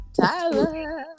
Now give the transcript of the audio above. Tyler